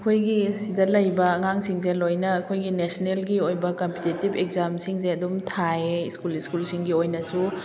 ꯑꯩꯈꯣꯏꯒꯤ ꯁꯤꯗ ꯂꯩꯕ ꯑꯉꯥꯡꯁꯤꯡꯁꯦ ꯂꯣꯏꯅ ꯑꯩꯈꯣꯏꯒꯤ ꯅꯦꯁꯅꯦꯜꯒꯤ ꯑꯣꯏꯕ ꯀꯝꯄꯤꯇꯤꯇꯤꯚ ꯑꯦꯛꯖꯥꯝꯁꯤꯡꯁꯦ ꯑꯗꯨꯝ ꯊꯥꯏꯌꯦ ꯁ꯭ꯀꯨꯜ ꯁ꯭ꯀꯨꯜꯁꯤꯡꯒꯤ ꯑꯣꯏꯅꯁꯨ